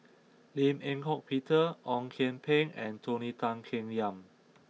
Lim Eng Hock Peter Ong Kian Peng and Tony Tan Keng Yam